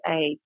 age